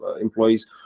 employees